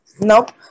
Nope